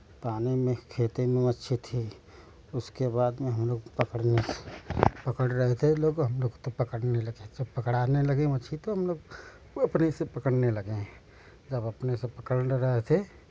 पानी में खेती में मच्छी थी उसके बाद में हम लोग पकड़ने स पकड़ रहे थे लोग हम लोग तो पकड़ने लगे तो पकड़ाने लगे मच्छी तो हम लोग अपने से पकड़ने लगे हैं जब अपने से पकड़ने रहे थे